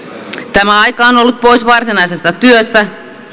tämä aika on on ollut pois varsinaisesta työstä